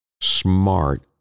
smart